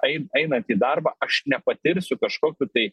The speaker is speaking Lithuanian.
ei einant į darbą aš nepatirsiu kažkokių tai